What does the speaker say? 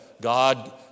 God